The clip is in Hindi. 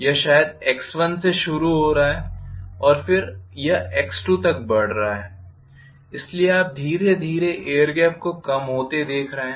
यह शायद x1 से शुरू हो रहा है और फिर यह x2 तक बढ़ रहा है इसलिए आप धीरे धीरे एयर गेप को कम होते देख रहे हैं